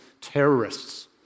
terrorists